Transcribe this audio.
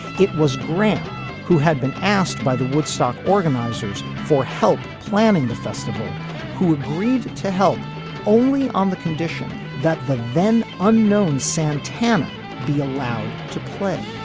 it was grant who had been asked by the woodstock organizers for help planning the fest who agreed to help only on the condition that the then unknown santana be allowed to play.